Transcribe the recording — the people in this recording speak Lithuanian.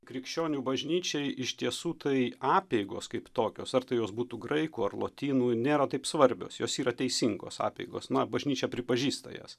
krikščionių bažnyčiai iš tiesų tai apeigos kaip tokios ar tai jos būtų graikų ar lotynų nėra taip svarbios jos yra teisingos apeigos na bažnyčia pripažįsta jas